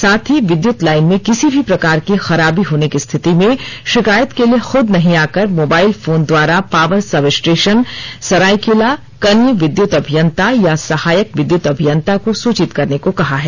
साथ ही विद्युत लाइन में किसी भी प्रकार की खराबी होने की स्थिति में शिकायत के लिए खुद नहीं आकर मोबाइल फोन द्वारा पावर सब स्टेशन सरायकेला कनीय विद्युत अभियंता या सहायक विद्युत अभियंता को सूचित करने को कहा है